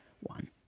one